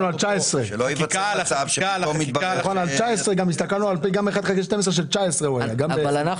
על 2019. הסתכלנו גם על 1 חלקי 12 של 2019. אבל אנחנו